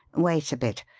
wait a bit!